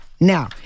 Now